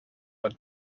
but